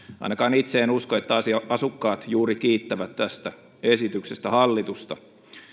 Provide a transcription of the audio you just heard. ainakaan itse en usko että asukkaat juuri kiittävät tästä esityksestä hallitusta